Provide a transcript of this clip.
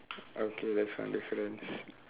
okay that's one difference